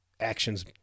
actions